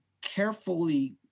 carefully